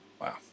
Wow